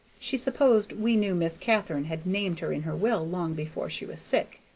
she supposed we knew miss katharine had named her in her will long before she was sick.